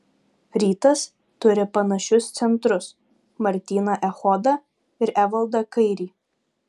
rytas turi panašius centrus martyną echodą ir evaldą kairį